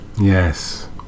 Yes